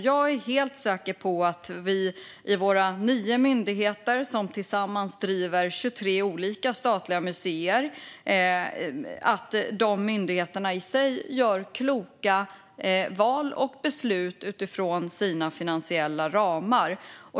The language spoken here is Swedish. Jag är helt säker på att våra nio myndigheter som tillsammans driver 23 olika statliga museer gör kloka val och fattar kloka beslut utifrån sina finansiella ramar.